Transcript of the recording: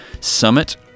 summit